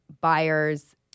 buyers –